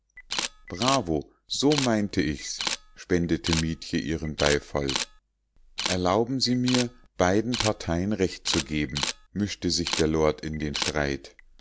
bravo so meinte ich's spendete mietje ihren beifall erlauben sie mir beiden parteien recht zu geben mischte sich der lord in den streit